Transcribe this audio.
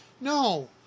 no